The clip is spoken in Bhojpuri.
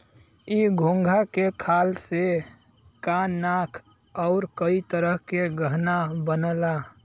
इ घोंघा के खाल से कान नाक आउर कई तरह के गहना बनला